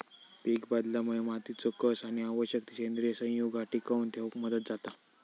पीकबदलामुळे मातीचो कस आणि आवश्यक ती सेंद्रिय संयुगा टिकवन ठेवक मदत जाता